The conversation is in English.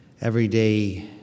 everyday